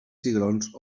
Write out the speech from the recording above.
cigrons